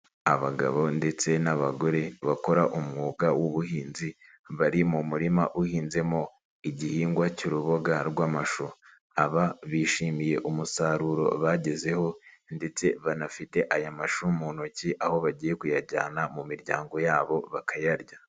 Abagabo ndetse n'abagore bakora umwuga w'ubuhinzi bari mu murima uhinzemo igihingwa cy'uruboga rw'amashu, aba bishimiye umusaruro bagezeho ndetse banafite aya mashu mu ntoki aho bagiye kuyajyana mu miryango yabo bakayarya.